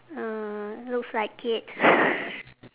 uh looks like it